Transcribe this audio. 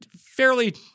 fairly